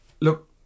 Look